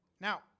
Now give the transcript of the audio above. Now